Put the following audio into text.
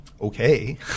okay